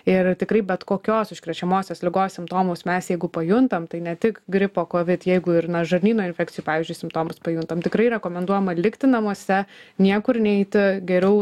ir tikrai bet kokios užkrečiamosios ligos simptomus mes jeigu pajuntam tai ne tik gripo kovid jeigu ir na žarnyno infekcijų pavyzdžiui simptomus pajuntam tikrai rekomenduojama likti namuose niekur neiti geriau